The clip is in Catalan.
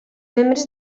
membres